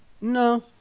No